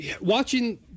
Watching